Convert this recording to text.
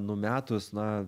numetus na